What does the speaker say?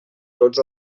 tots